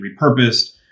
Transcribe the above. repurposed